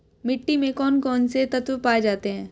मिट्टी में कौन कौन से तत्व पाए जाते हैं?